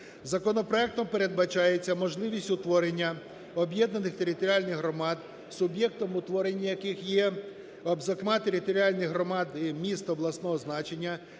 Законопроектом передбачається можливість утворення об'єднаних територіальних громад, суб'єктом утворення яких є, зокрема, територіальні громади міст обласного значення